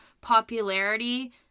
popularity